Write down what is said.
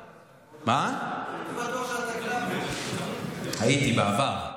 הייתי בטוח שאתה, הייתי בעבר,